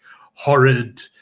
horrid